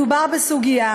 מדובר בסוגיה